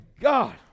God